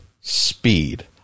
Speed